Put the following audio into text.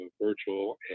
virtual